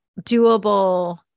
doable